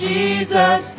Jesus